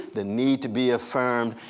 the need to be affirmed.